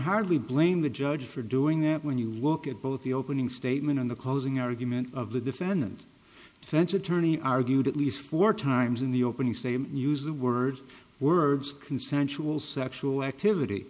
hardly blame the judge for doing that when you look at both the opening statement in the closing argument of the defendant defense attorney argued at least four times in the opening statement use the words words consensual sexual activity